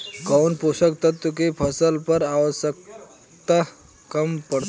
कौन पोषक तत्व के फसल पर आवशयक्ता कम पड़ता?